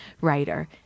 writer